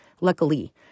Luckily